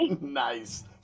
Nice